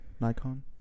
Nikon